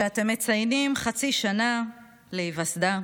שאתם מציינים חצי שנה להיווסדה.